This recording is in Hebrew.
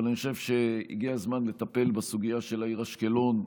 אבל אני חושב שהגיע הזמן לטפל בסוגיה של העיר אשקלון,